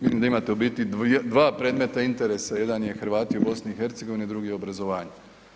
Vidim da imate u biti dva predmeta interesa, jedan je Hrvati u BiH, drugi obrazovanje.